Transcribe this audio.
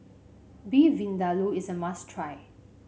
Beef Vindaloo is a must try